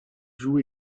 joue